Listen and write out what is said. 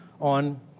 on